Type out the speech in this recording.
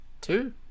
Two